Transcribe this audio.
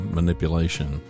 manipulation